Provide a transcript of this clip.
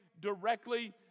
directly